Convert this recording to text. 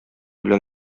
белән